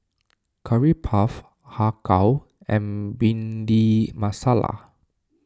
Curry Puff Har Kow and Bhindi Masala